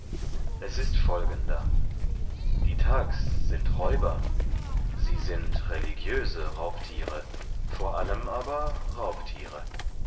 es ist folgender die thags sind räuber sie sind religiöse raubtiere vor allem aber raubtiere